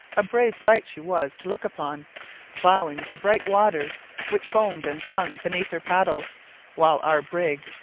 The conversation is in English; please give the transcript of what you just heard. a brave sight she was to look upon ploughing the bright waters which foamed and sung beneath her paddles while our brig,